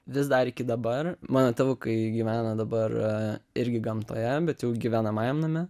vis dar iki dabar mano tėvukai gyvena dabar irgi gamtoje bet jau gyvenamajam name